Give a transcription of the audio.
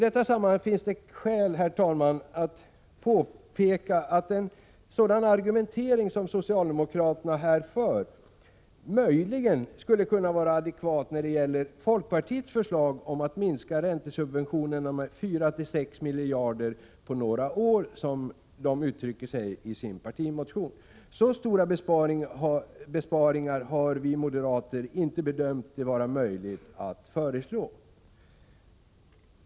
I detta sammanhang finns det skäl att påpeka att en sådan argumentering som socialdemokraterna använder möjligen skulle kunna vara adekvat när det gäller folkpartiets förslag om att minska räntesubventionerna med 4-6 miljarder på några år, som de uttrycker sig i sin partimotion. Så stora besparingar har vi moderater inte bedömt det vara möjligt att föreslå.